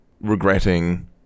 regretting